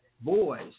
boys